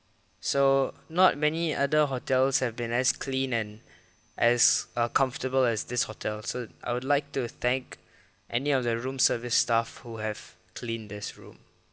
so not many other hotels have been as clean and as err comfortable as this hotel so I would like to thank any of the room service staff who have cleaned this room